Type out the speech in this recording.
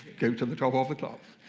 go to the top of the class.